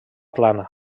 plana